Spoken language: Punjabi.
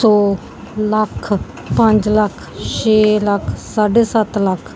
ਸੌ ਲੱਖ ਪੰਜ ਲੱਖ ਛੇ ਲੱਖ ਸਾਢੇ ਸੱਤ ਲੱਖ